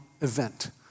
event